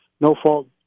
no-fault